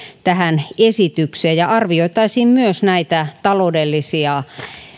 tähän esitykseen ja arvioitaisiin myös näitä taloudellisia